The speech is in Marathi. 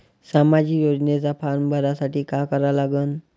सामाजिक योजनेचा फारम भरासाठी का करा लागन?